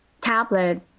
tablet